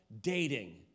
dating